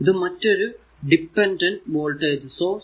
ഇത് മറ്റൊരു dependent voltage source